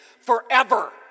forever